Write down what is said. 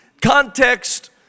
context